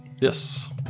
Yes